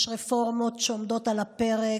יש רפורמות שעומדות על הפרק,